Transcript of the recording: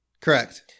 Correct